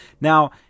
Now